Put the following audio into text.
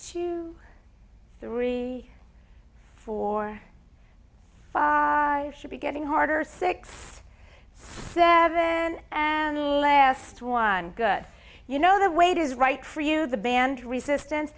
two three four five should be getting harder six seven and the last one good you know the weight is right for you the band resistance